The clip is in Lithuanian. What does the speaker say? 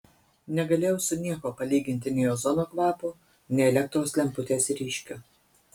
negalėjau su niekuo palyginti nei ozono kvapo nei elektros lemputės ryškio